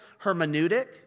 hermeneutic